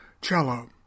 cello